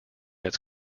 its